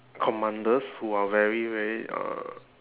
commanders who are very very uh